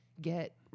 get